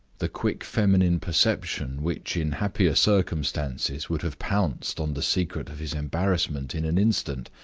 the quick feminine perception which, in happier circumstances, would have pounced on the secret of his embarrassment in an instant,